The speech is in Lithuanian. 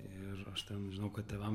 ir aš ten žinau kad tėvam